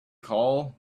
call